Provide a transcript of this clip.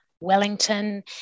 Wellington